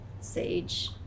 sage